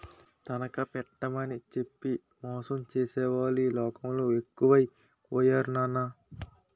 తనఖా పెట్టేమని చెప్పి మోసం చేసేవాళ్ళే ఈ లోకంలో ఎక్కువై పోయారు నాన్నా